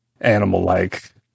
animal-like